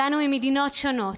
הגענו ממדינות שונות,